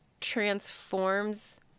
transforms